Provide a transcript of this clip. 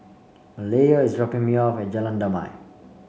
Malaya is dropping me off at Jalan Damai